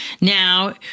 now